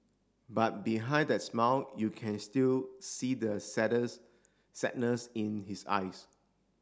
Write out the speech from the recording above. but behind that smile you can still see the sadness in his eyes